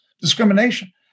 discrimination